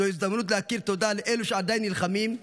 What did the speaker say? זו ההזדמנות להכיר תודה לאלה שעדיין נלחמים,